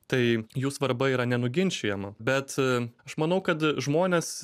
tai jų svarba yra nenuginčijama bet aš manau kad žmonės